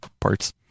parts